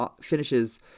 finishes